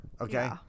Okay